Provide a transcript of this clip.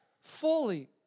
fully